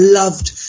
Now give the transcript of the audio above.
loved